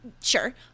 Sure